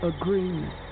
agreement